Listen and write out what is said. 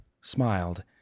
smiled